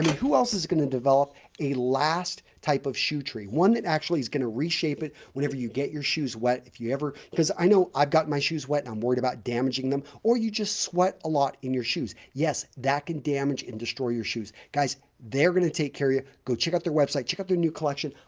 who else is going to develop a last type of shoe tree one that actually is going to reshape it whenever you get your shoes wet if you ever because i know i've got my shoes wet and i'm worried about damaging them or you just sweat a lot in your shoes. yes, that can damage and destroy your shoes. guys, they're going to take care of you. go check out their website check out their new collection.